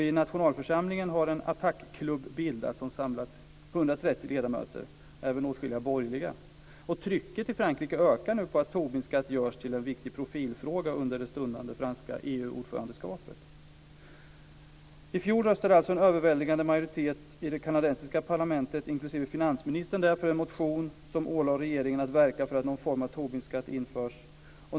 I nationalförsamlingen har en ATTAC-klubb bildats som samlat 130 ledamöter, även åtskilliga borgerliga. Trycket i Frankrike ökar nu på att frågan om en Tobinskatt görs till en viktig profilfråga under det stundande franska EU-ordförandeskapet. I fjol röstade en överväldigande majoritet i det kanadensiska parlamentet, inklusive finansministern där, för en motion som ålade regeringen att verka för att någon form av Tobinskatt införs.